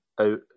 out